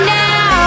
now